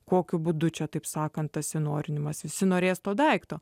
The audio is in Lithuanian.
kokiu būdu čia taip sakant tas įnorinimas visi norės to daikto